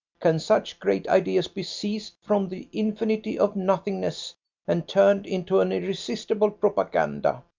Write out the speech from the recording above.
can such great ideas be seized from the infinity of nothingness and turned into an irresistible propaganda,